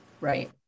right